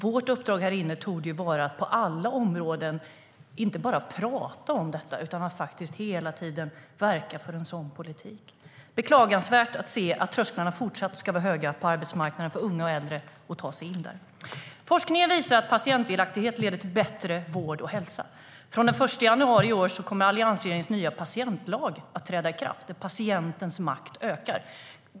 Vårt uppdrag härinne torde vara att på alla områden inte bara prata om detta utan hela tiden verka för en sådan politik. Det är beklagansvärt att se att trösklarna fortsatt ska vara höga på arbetsmarknaden för unga och äldre att ta sig in. Forskningen visar att patientdelaktighet leder till bättre vård och hälsa. Från den 1 januari i år kommer alliansregeringens nya patientlag att träda i kraft där patientens makt ökar.